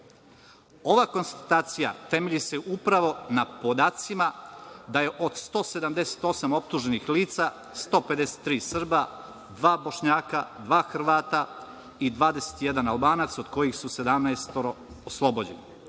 konstatacija temelji se upravo na podacima da je od 178 optuženih lica, 153 Srba, dva Bošnjaka, dva Hrvata i 21 Albanac, od čega je 17 oslobođeno.